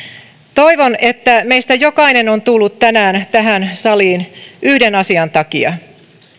toivon että meistä jokainen on tullut tänään tähän saliin yhden asian takia